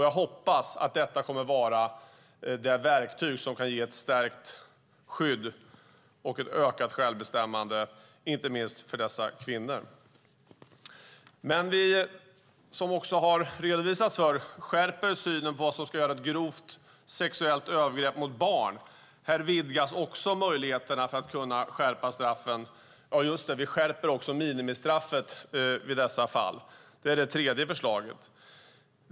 Jag hoppas att detta kommer att vara det verktyg som kan ge ett stärkt skydd och ett ökat självbestämmande, inte minst för dessa kvinnor. Som redan har redovisats här skärper vi synen på vad som ska utgöra ett grovt sexuellt övergrepp mot barn. Här vidgas också möjligheten att skärpa straffen. Vi skärper också minimistraffet i dessa fall - det tredje förslaget.